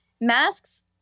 masks